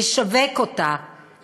לשווק אותה,